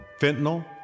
Fentanyl